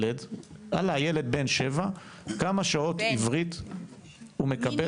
עלה ילד בן 7, כמה שעות עברית הוא מקבל?